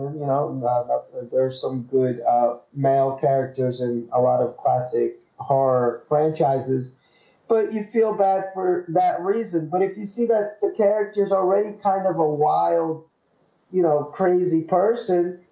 you know there's some good male characters and a lot of classic horror franchises but you feel bad for that reason, but if you see that the characters already kind of a wild you know crazy person.